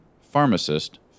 pharmacist